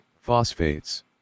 phosphates